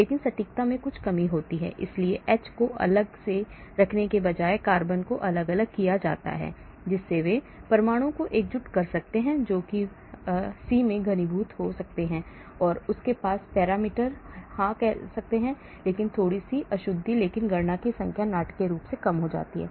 लेकिन सटीकता में कुछ कमी होती है इसलिए एच को अलग से रखने के बजाय कार्बन को अलग अलग किया जा सकता है जिससे वे परमाणु को एकजुट कर सकते हैं जो सी में घनीभूत हो सकते हैं और उनके पास पैरामीटर हो सकते हैं लेकिन थोड़ी सी अशुद्धि लेकिन गणना की संख्या नाटकीय रूप से कम हो जाती है